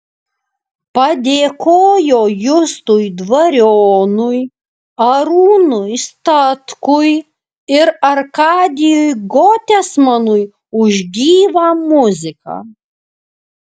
padėkojo justui dvarionui arūnui statkui ir arkadijui gotesmanui už gyvą muziką